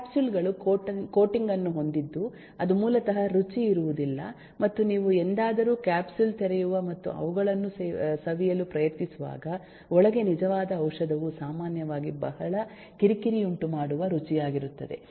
capsule ಗಳು coating ಅನ್ನು ಹೊಂದಿದ್ದು ಅದು ಮೂಲತಃ ರುಚಿ ಇರುವುದಿಲ್ಲ ಮತ್ತು ನೀವು ಎಂದಾದರೂ ಕ್ಯಾಪ್ಸುಲ್ ತೆರೆಯುವ ಮತ್ತು ಅವುಗಳನ್ನು ಸವಿಯಲು ಪ್ರಯತ್ನಿಸುವಾಗ ಒಳಗೆ ನಿಜವಾದ ಔಷಧವು ಸಾಮಾನ್ಯವಾಗಿ ಬಹಳ ಕಿರಿಕಿರಿಯುಂಟುಮಾಡುವ ರುಚಿಯಾಗಿರುತ್ತದೆ